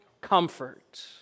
comfort